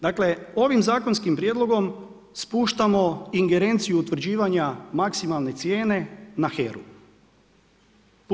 Dakle, ovim zakonskim prijedlogom, spuštamo ingerenciju utvrđivanja maksimalne cijene na HERA-u.